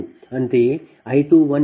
169 p